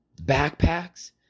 backpacks